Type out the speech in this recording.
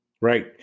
Right